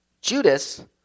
Judas